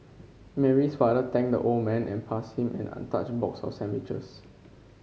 Mary's father thanked the old man and passed him an untouched box of sandwiches